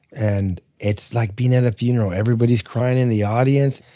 and it's like being at a funeral. everybody's crying in the audience,